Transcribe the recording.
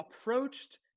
approached